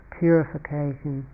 purification